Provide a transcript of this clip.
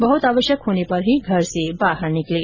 बहुत आवश्यक होने पर ही घर से बाहर निकलें